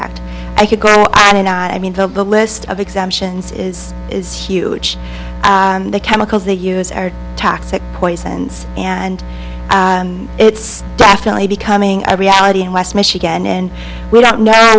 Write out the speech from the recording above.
act i could go on and i mean the list of exemptions is is huge and the chemicals they use are toxic poisons and it's definitely becoming a reality in west michigan and we don't know